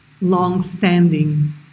long-standing